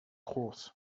groß